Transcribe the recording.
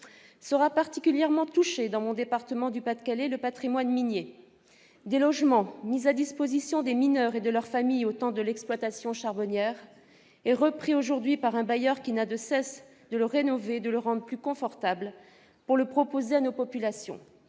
Sera particulièrement touché dans mon département du Pas-de-Calais le patrimoine minier : des logements mis à disposition des mineurs et de leurs familles au temps de l'exploitation charbonnière et repris aujourd'hui par un bailleur qui n'a de cesse de les rénover et de les rendre plus confortables pour les proposer à nos populations.